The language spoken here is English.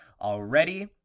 already